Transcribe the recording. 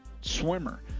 swimmer